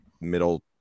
middle